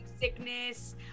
sickness